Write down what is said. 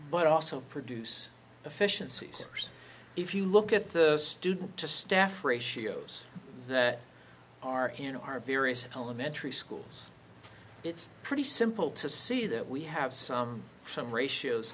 but also produce efficiencies if you look at the student to staff ratios that are in our various elementary schools it's pretty simple to see that we have some some ratios